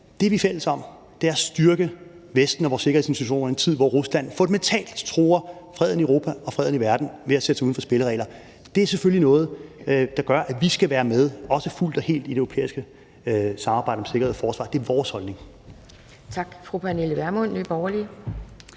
Det, vi er fælles om, er at styrke Vesten og vores sikkerhedsinstitutioner i en tid, hvor Rusland fundamentalt truer freden i Europa og freden i verden ved at sætte sig uden for spilleregler. Det er selvfølgelig noget, der gør, at vi skal være med, også fuldt og helt, i det europæiske samarbejde om sikkerhed og forsvar. Det er vores holdning. Kl.